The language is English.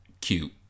cute